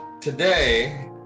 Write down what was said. today